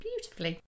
beautifully